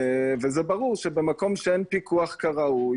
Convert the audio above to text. וזה ברור שבמקום שאין פיקוח ראוי